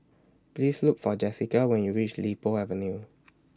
Please Look For Jesica when YOU REACH Li Po Avenue